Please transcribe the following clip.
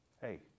Hey